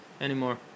anymore